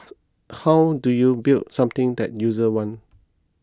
how do you build something that users want